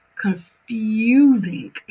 confusing